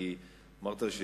כי אמרת,